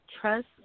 Trust